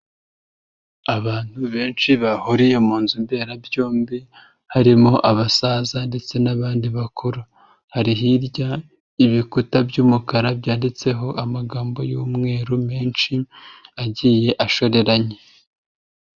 Abantu benshi bahuriye mu nzu mberarabyombi harimo abasaza ndetse n'abandi bakuru, hari hirya y'ibikuta by'umukara byanditseho amagambo y'umweru menshi agiye ashoreranye.